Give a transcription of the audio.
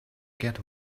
get